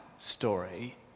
Story